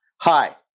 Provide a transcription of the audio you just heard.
Hi